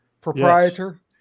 proprietor